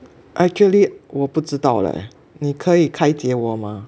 actually 我不知道 leh 你可以开解我吗